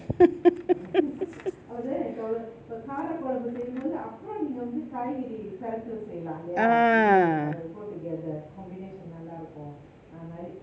ah